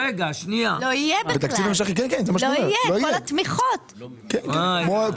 כל התמיכות לא יהיו בכלל.